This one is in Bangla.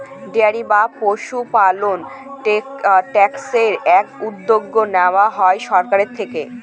ডেয়ারি বা পশুপালন সেক্টরের এই উদ্যোগ নেওয়া হয় সরকারের থেকে